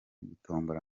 gutombora